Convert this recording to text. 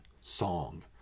song